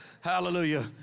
Hallelujah